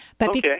Okay